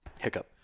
Hiccup